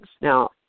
Now